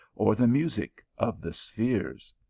or the music of the spheres.